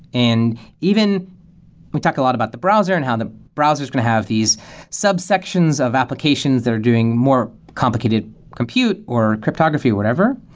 and even we talk a lot about the browser and how the browsers can have these sub-sections of applications that are doing more complicated compute, or cryptography, or whatever.